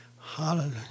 Hallelujah